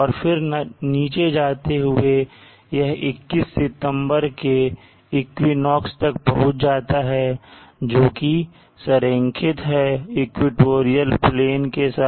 और फिर नीचे जाते हुए यह 21 सितंबर के इक्विनोक्स तक पहुंच जाता है जोकि संरेखित है इक्वेटोरियल प्लेन के साथ